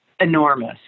enormous